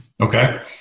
Okay